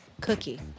Cookie